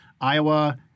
Iowa